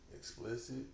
Explicit